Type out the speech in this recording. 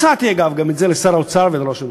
הצעתי, אגב, גם את זה לשר האוצר ולראש הממשלה,